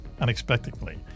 unexpectedly